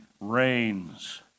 reigns